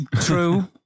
True